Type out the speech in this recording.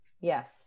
yes